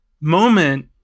moment